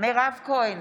מירב כהן,